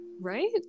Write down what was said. Right